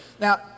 Now